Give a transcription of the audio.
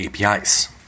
APIs